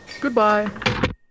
Goodbye